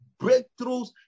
breakthroughs